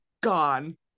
gone